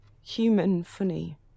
human-funny